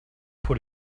put